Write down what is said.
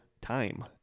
time